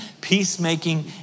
Peacemaking